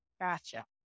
Gotcha